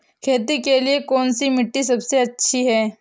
खेती के लिए कौन सी मिट्टी सबसे अच्छी है?